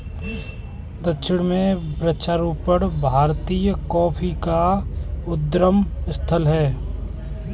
दक्षिण में वृक्षारोपण भारतीय कॉफी का उद्गम स्थल है